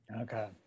Okay